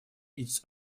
its